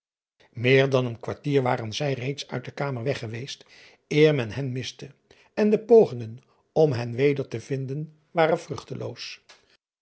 eer dan een kwartier waren zij reeds uit de kamer weg geweest eer men hen miste en de pogingen om hen weder te vinden waren